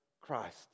Christ